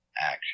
action